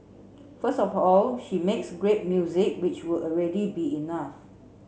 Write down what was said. first of all she makes great music which would already be enough